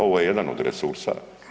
Ovo je jedan od resursa.